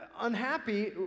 unhappy